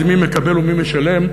זה מי מקבל ומי משלם,